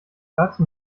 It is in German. dazu